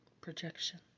projections